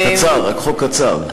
קצר, רק חוק קצר.